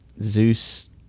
Zeus